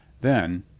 then,